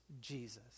Jesus